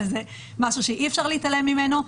וזה משהו שאי-אפשר להתעלם ממנו.